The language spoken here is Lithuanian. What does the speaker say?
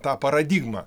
tą paradigmą